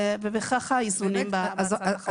אלה האיזונים שבהצעת החוק הזאת.